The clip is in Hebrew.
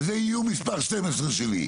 וזה איום מספר 12 שלי,